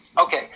Okay